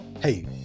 Hey